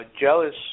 Jealous